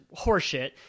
horseshit